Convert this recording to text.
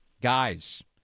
guys